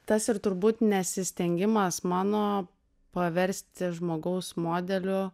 tas ir turbūt nesistengimas mano paversti žmogaus modeliu